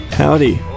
Howdy